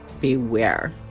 beware